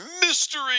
mystery